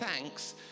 thanks